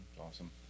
awesome